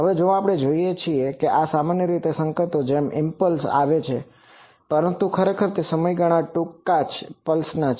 હવે આપણે જોઈએ છીએ કે આ સામાન્ય રીતે સંકેતોની જેમ ઈમ્પલ્સImpulseઆવેગ છે પરંતુ ખરેખર તે સમયગાળાની ટૂંકી પલ્સ છે